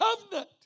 covenant